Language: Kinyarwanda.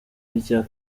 n’icya